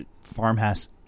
farmhouse